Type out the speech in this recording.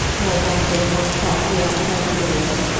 called von gerhard softly, outside the door.